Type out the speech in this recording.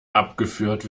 abgeführt